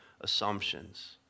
assumptions